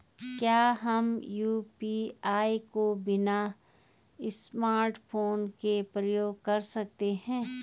क्या हम यु.पी.आई को बिना स्मार्टफ़ोन के प्रयोग कर सकते हैं?